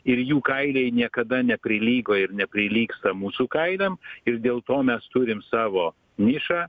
ir jų kailiai niekada neprilygo ir neprilygsta mūsų kailiam ir dėl to mes turim savo nišą